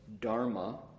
Dharma